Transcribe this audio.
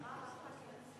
תצביעו בבקשה.